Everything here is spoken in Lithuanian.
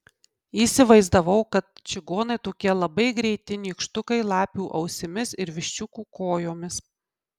įsivaizdavau kad čigonai tokie labai greiti nykštukai lapių ausimis ir viščiukų kojomis